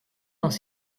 dans